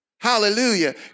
Hallelujah